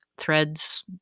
threads